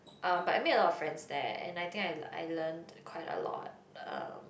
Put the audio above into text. um but I made a lot of friends there and I think I I learnt quite a lot um